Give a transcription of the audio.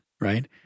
right